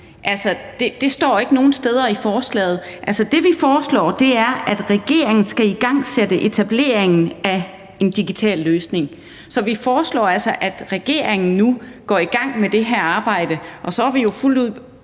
noget om nogen steder i forslaget. Det, vi foreslår, er, at regeringen skal igangsætte etableringen af en digital løsning. Så vi foreslår altså, at regeringen nu går i gang med det her arbejde. Så er vi jo fuldt ud